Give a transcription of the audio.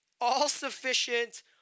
all-sufficient